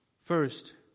First